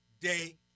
day